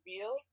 real